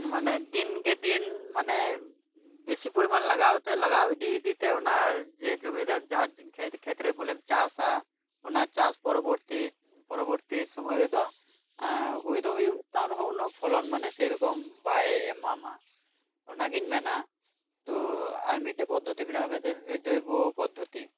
ᱢᱟᱱᱮ ᱫᱤᱱ ᱠᱮ ᱫᱤᱱ ᱢᱟᱱᱮ ᱵᱮᱥᱤ ᱯᱚᱨᱤᱢᱟᱱ ᱞᱟᱜᱟᱣ ᱛᱮ ᱞᱟᱜᱟᱣ ᱤᱫᱤ ᱤᱫᱤ ᱛᱮ ᱚᱱᱟ ᱡᱮ ᱯᱚᱨᱤᱢᱟᱱ ᱡᱚᱢᱤ ᱡᱟᱦᱟᱸ ᱠᱷᱮᱛ ᱠᱷᱮᱛ ᱨᱮ ᱵᱚᱞᱮᱢ ᱪᱟᱥᱟ ᱚᱱᱟ ᱪᱟᱥ ᱯᱚᱨᱚ ᱵᱚᱨᱛᱤ ᱯᱚᱨᱚ ᱵᱚᱨᱛᱤ ᱥᱩᱢᱟᱹᱭ ᱨᱮᱫᱚᱦᱩᱭ ᱫᱚ ᱦᱩᱭᱩᱜ ᱛᱟᱢᱨᱮᱦᱚᱸ ᱩᱱᱟᱹᱜ ᱯᱷᱚᱞᱚᱱ ᱥᱮᱨᱚᱠᱚᱢ ᱵᱟᱭ ᱮᱢᱟᱢᱟ ᱚᱱᱟᱜᱤᱧ ᱢᱮᱱᱟ ᱛᱚ ᱟᱨ ᱢᱤᱫᱴᱮᱡ ᱯᱚᱫᱷᱚ ᱛᱤ ᱢᱮᱱᱟᱜ ᱠᱟᱫᱟ ᱡᱮ ᱡᱚᱭᱵᱚ ᱯᱚᱫᱷᱚ ᱛᱤ